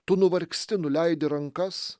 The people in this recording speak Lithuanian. tu nuvargsti nuleidi rankas